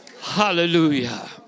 Hallelujah